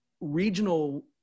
regional